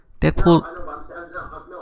Deadpool